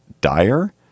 dire